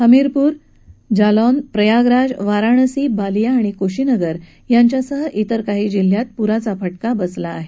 हमीपूर जालौन प्रयागराज वाराणसी बालिया आणि कुशीनगर यांच्यासह विर काही जिल्ह्यात पुराचा फटका बसला आहे